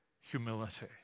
humility